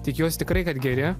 tikiuosi tikrai kad geri